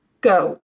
Go